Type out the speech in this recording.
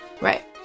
right